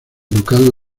ducado